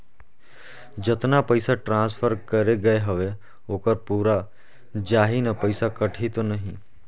जतना पइसा ट्रांसफर करे गये हवे ओकर पूरा जाही न पइसा कटही तो नहीं?